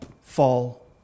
fall